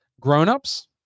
Grown-ups